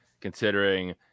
considering